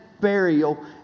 burial